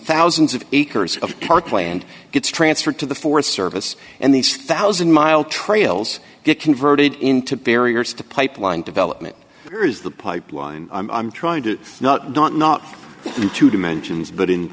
thousands of acres of parkland gets transferred to the forest service and these one thousand mile trails get converted into barriers to pipeline development here is the pipeline i'm trying to not dot not the two dimensions but in